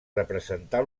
representar